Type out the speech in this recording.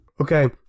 Okay